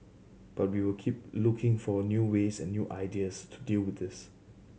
but we will keep looking for new ways and new ideas to deal with this